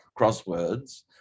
crosswords